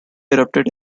erupted